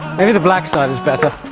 maybe the black side is better